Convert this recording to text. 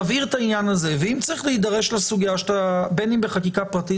נבהיר את העניין הזה ואם צריך להידרש לסוגיה בין אם בחקיקה פרטית